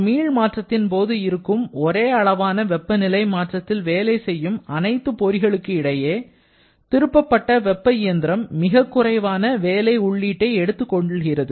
ஒரு மீள் மாற்றத்தின்போது இருக்கும் ஒரே அளவான வெப்பநிலை மாற்றத்தில் வேலை செய்யும் அனைத்து பொறிகளுக்கு இடையே திருப்பப்பட்ட வெப்ப இயந்திரம் மிகக்குறைவான வேலை உள்ளீட்டை எடுத்துக்கொள்கிறது